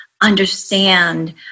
understand